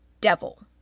devil